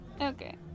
Okay